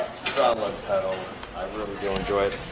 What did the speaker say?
so ah pedal i really do enjoy it